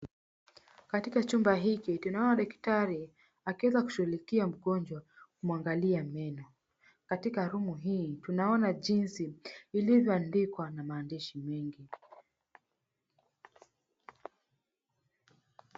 Katika chumba hiki tunaona daktari akiweza kushughulikia mgonjwa kumwangalia meno. Katika rumu hii tunaona jinsia vilivyoandikwa na maandishi mengi.